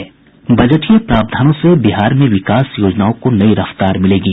बजटीय प्रावधानों से बिहार में विकास योजनाओं को नई रफ्तार मिलेगी